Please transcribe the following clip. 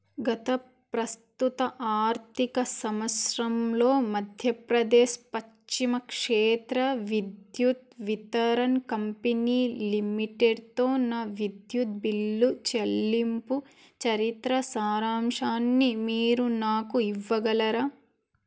గత ప్రస్తుత ఆర్థిక సంవత్సరంలో మధ్యప్రదేశ్ పశ్చిమ క్షేత్ర విద్యుత్ వితారన్ కంపెనీ లిమిటెడ్తో నా విద్యుత్ బిల్లు చెల్లింపు చరిత్ర సారాంశాన్ని మీరు నాకు ఇవ్వగలరా